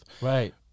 Right